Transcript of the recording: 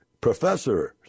professors